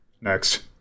next